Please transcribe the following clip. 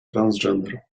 transgender